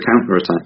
counter-attack